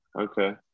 okay